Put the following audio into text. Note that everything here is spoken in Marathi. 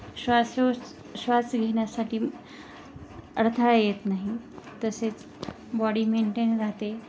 श्वासो श्वास घेण्यासाठी अडथळा येत नाही तसेच बॉडी मेंटेन राहते